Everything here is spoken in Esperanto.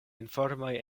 informoj